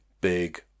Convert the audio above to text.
big